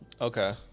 Okay